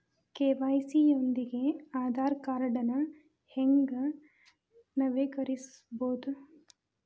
KYC ಯೊಂದಿಗ ಆಧಾರ್ ಕಾರ್ಡ್ನ ಹೆಂಗ ನವೇಕರಿಸಬೋದ